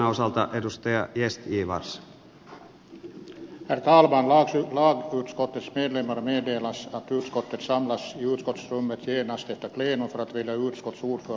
lagutskottets medlemmar meddelas att utskottet samlas i utskottsrummet genast efter plenum för att välja utskottsordförande och vice ordförande